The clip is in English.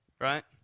right